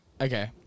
Okay